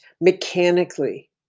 mechanically